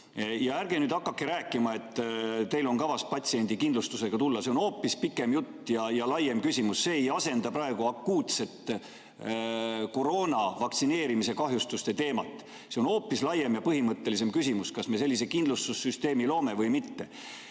Ja ärge nüüd hakake rääkima, et teil on kavas patsiendikindlustusega siia tulla, see on hoopis pikem jutt ja laiem küsimus, see ei asenda praegu akuutset koroonavaktsineerimise kahjustuste teemat. See on hoopis laiem ja põhimõttelisem küsimus, kas me sellise kindlustussüsteemi loome või mitte.